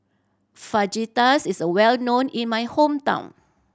fajitas is well known in my hometown